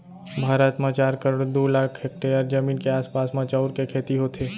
भारत म चार करोड़ दू लाख हेक्टेयर जमीन के आसपास म चाँउर के खेती होथे